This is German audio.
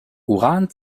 uran